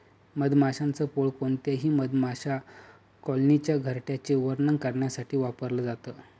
मधमाशांच पोळ कोणत्याही मधमाशा कॉलनीच्या घरट्याचे वर्णन करण्यासाठी वापरल जात